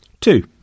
Two